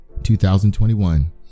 2021